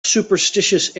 superstitious